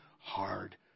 hard